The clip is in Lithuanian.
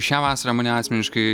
šią vasarą mane asmeniškai